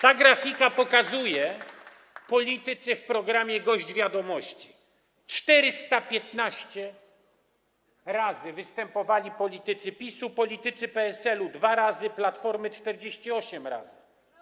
Ta grafika pokazuje polityków w programie „Gość Wiadomości”: 415 razy występowali politycy PiS-u, politycy PSL-u - 2 razy, Platformy - 48 razy.